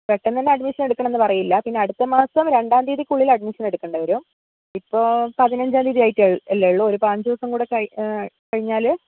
പെട്ടെന്ന് തന്നെ അഡ്മിഷൻ എടുക്കണം എന്ന് പറയില്ല പിന്നെ അടുത്ത മാസം രണ്ടാം തീയതിക്ക് ഉള്ളിൽ അഡ്മിഷൻ എടുക്കേണ്ടി വരും ഇപ്പോൾ പതിനഞ്ചാം തീയതി ആയിട്ട് അല്ലേ ഉള്ളൂ ഒരു പതിനഞ്ച് ദിവസം കൂടി കഴിഞ്ഞാൽ